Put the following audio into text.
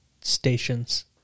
stations